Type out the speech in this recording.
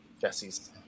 Jesse's